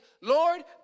Lord